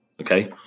Okay